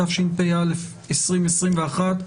התשפ"א-2021,